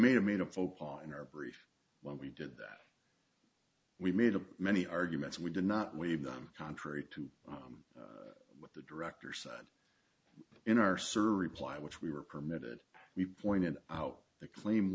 may have made a focus in our brief when we did that we made a many arguments we did not weave them contrary to what the director said in our survey reply which we were permitted we pointed out the claim